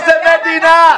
איזה מדינה?